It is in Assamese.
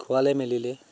খোৱালে মেলিলে